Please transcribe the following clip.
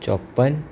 ચોપ્પન